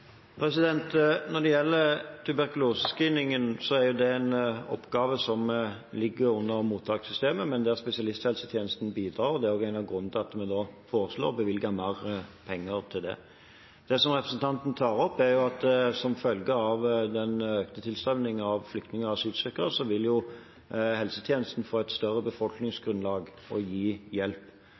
Når det gjelder tuberkulosescreeningen, er det en oppgave som ligger under mottakssystemet, men der spesialisthelsetjenesten bidrar. Det er også en av grunnene til at vi nå foreslår å bevilge mer penger til det. Det som representanten tar opp, er at som en følge av den økte tilstrømningen av flyktninger og asylsøkere vil befolkningsgrunnlaget som får hjelp fra helsetjenesten, bli større.